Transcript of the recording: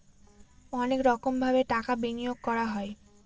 অনেক রকমভাবে টাকা বিনিয়োগ করা হয়